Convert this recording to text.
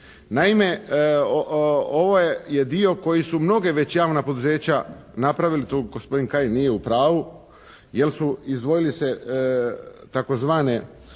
Naime ovo je dio koje su mnoga već javna poduzeća napravili, tu gospodin Kajin nije u pravu, jer su izdvojili se tzv.